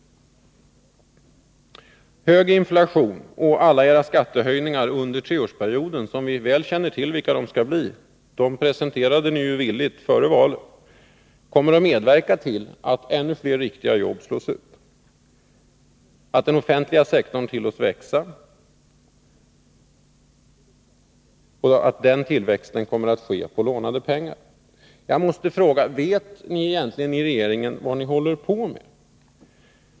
Hög inflation och alla era skattehöjningar under treårsperioden — vi känner väl till vilka de skall bli, för ni presenterade dem villigt före valet — kommer att medverka till att ännu fler riktiga jobb slås ut, att den offentliga sektorn tillåts växa och att den tillväxten kommer att ske på lånade pengar. Jag måste fråga: Vet ni inom regeringen egentligen vad ni håller på med?